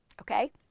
Okay